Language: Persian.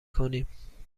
کنیم